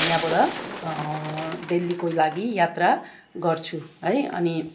यहाँबाड दिल्लीको लागि यात्रा गर्छु है अनि